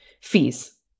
fees